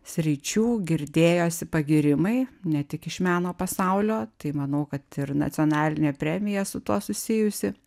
sričių girdėjosi pagyrimai ne tik iš meno pasaulio tai manau kad ir nacionalinė premija su tuo susijusi